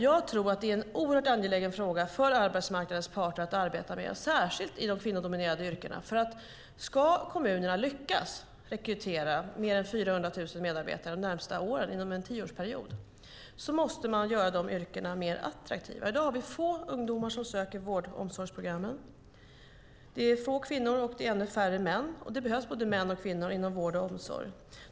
Jag tror att det är en oerhört angelägen fråga för arbetsmarknadens parter att arbeta med, särskilt i de kvinnodominerade yrkena. Om kommunerna ska lyckas rekrytera mer än 400 000 medarbetare inom en tioårsperiod måste de yrkena göras mer attraktiva. I dag finns få ungdomar som söker vård och omsorgsprogrammen. Det är få kvinnor och ännu färre män. Det behövs både män och kvinnor inom vård och omsorg.